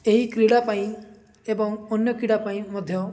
ଏହି କ୍ରୀଡ଼ା ପାଇଁ ଏବଂ ଅନ୍ୟ କ୍ରୀଡ଼ା ପାଇଁ ମଧ୍ୟ